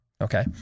Okay